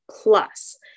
plus